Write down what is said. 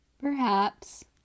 Perhaps